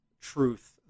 truth